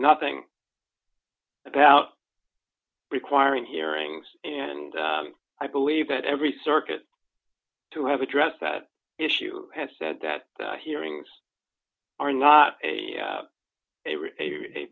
nothing about requiring hearings and i believe that every circuit to have addressed that issue has said that hearings are not a